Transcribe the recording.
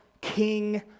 King